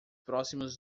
próximos